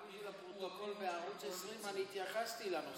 רק בשביל הפרוטוקול, בערוץ 20 התייחסתי לנושא.